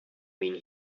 mean